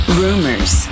rumors